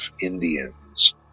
Indians